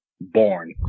born